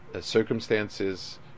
circumstances